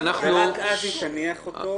ורק אז היא תניח אותו.